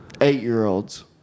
Eight-year-olds